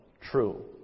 true